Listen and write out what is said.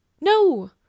No